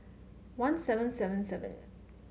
one seven seven seven